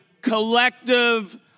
collective